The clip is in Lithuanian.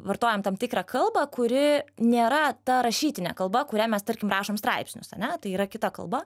vartojam tam tikrą kalbą kuri nėra ta rašytinė kalba kuria mes tarkim rašom straipsnius ane tai yra kita kalba